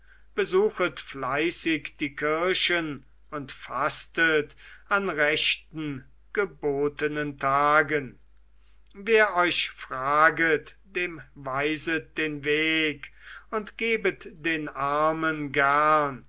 besuchet fleißig die kirchen und fastet an rechten gebotenen tagen wer euch fraget dem weiset den weg und gebet den armen gern